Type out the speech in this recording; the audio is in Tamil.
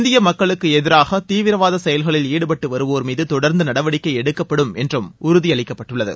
இந்திய மக்களுக்கு எதிராக தீவிரவாத செயல்களில் ஈடுபட்டு வருவோர் மீது தொடர்ந்து நடவடிக்கை எடுக்கப்படும் என்றும் உறுதியளிக்கப்பட்டுள்ளது